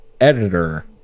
editor